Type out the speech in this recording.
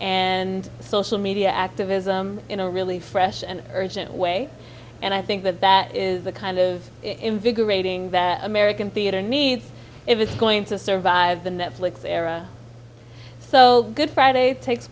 and social media activism in a really fresh and urgent way and i think that that is the kind of invigorating their american theater needs if it's going to survive the netflix era so good friday takes